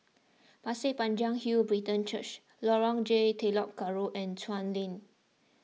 Pasir Panjang Hill Brethren Church Lorong J Telok Kurau and Chuan Lane